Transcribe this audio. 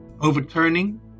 Overturning